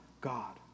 God